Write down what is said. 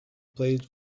played